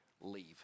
leave